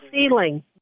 ceiling